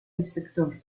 inspector